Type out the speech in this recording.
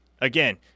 again